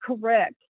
correct